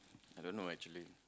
I don't know actually